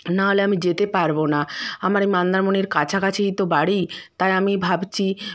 নাহলে আমি যেতে পারবো না আমার মন্দারমণির কাছাকাছিই তো বাড়ি তাই আমি ভাবছি